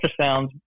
ultrasound